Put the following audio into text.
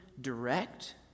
direct